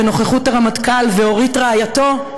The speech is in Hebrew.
בנוכחות הרמטכ"ל ואורית רעייתו: